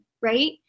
right